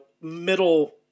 middle